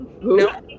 No